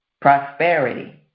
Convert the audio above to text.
Prosperity